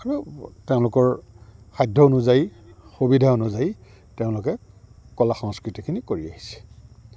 আৰু তেওঁলোকৰ সাধ্য অনুযায়ী সুবিধা অনুযায়ী তেওঁলোকে কলা সংস্কৃতিখিনি কৰি আহিছে